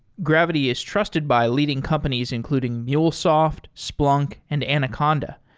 gravity is trusted by leading companies, including mulesoft, splunk and anaconda.